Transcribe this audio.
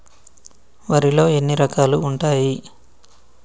వరిలో ఎన్ని రకాలు ఉంటాయి?